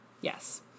Yes